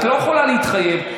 את לא יכולה להתחייב.